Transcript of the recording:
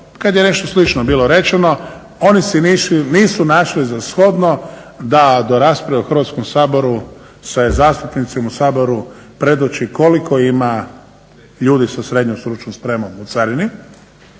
kad je nešto slično bilo rečeno oni si nisu našli za shodno da do rasprave u Hrvatskom saboru, se zastupnicima u Saboru predoči koliko ima ljudi sa srednjom stručnom spremom u carini.